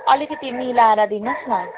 अलिकति मिलाएर दिनु होस् न